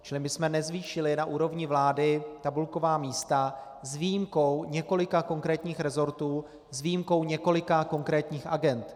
Čili my jsme nezvýšili na úrovni vlády tabulková místa s výjimkou několika konkrétních resortů, s výjimkou několika konkrétních agend.